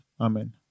Amen